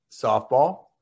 softball